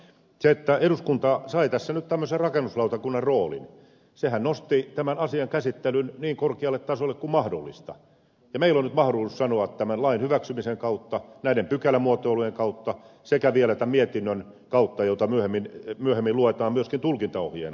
se että eduskunta sai tässä nyt tämmöisen rakennuslautakunnan roolin nosti tämän asian käsittelyn niin korkealle tasolle kuin mahdollista ja meillä on nyt mahdollisuus sanoa tämän lain hyväksymisen kautta näiden pykälämuotoilujen kautta sekä vielä tämän mietinnön kautta jota myöhemmin luetaan myöskin tulkintaohjeena